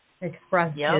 expressed